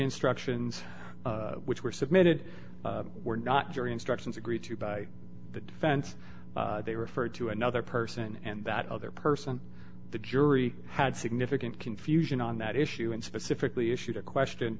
instructions which were submitted were not jury instructions agreed to by the defense they referred to another person and that other person the jury had significant confusion on that issue and specifically issued a question